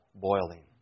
boiling